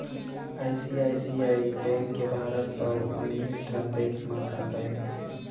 ICICI bank के भारत अउ उन्नीस ठन देस म साखा हे